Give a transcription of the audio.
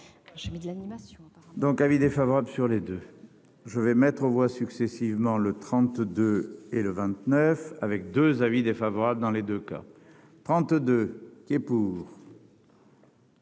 je mets de l'animation. Donc, avis défavorable sur les 2, je vais mettre aux voix successivement le 32 et le 29 avec 2 avis défavorables dans les 2 cas, 32 qui est.